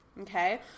okay